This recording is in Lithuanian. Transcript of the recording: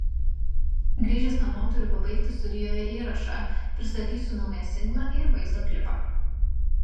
grįžęs namo turiu pabaigti studijoje įrašą pristatysiu naują singlą ir vaizdo klipą